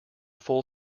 full